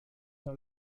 tra